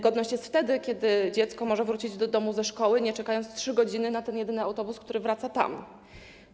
Godność jest wtedy, kiedy dziecko może wrócić do domu ze szkoły, nie czekając 3 godziny na ten jedyny autobus, który tam jedzie.